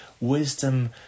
wisdom